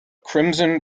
crimson